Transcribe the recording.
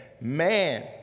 man